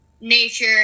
nature